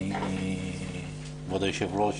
כבוד היושב-ראש,